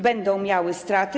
Będą miały straty.